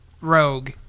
Rogue